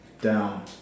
Down